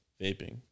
vaping